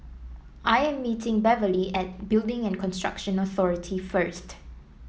I am meeting Beverley at Building and Construction Authority first